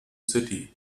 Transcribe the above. city